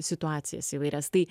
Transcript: situacijas įvairias tai